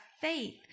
faith